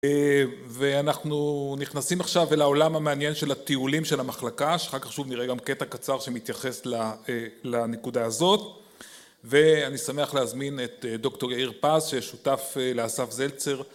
ואנחנו נכנסים עכשיו אל העולם המעניין של הטיולים של המחלקה, שאחר כך שוב נראה גם קטע קצר שמתייחס לנקודה הזאת, ואני שמח להזמין את דוקטור יאיר פז ששותף לאסף זלצר